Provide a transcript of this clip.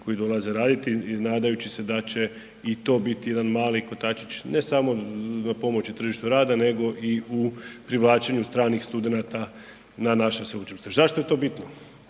koji dolaze raditi nadajući se da će i to biti jedan mali kotačić, ne samo za pomoći tržištu rada nego i u privlačenju stranih studenata na naša sveučilišta. Zašto je to bitno?